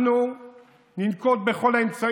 אנחנו ננקוט את כל האמצעים,